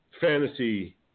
fantasy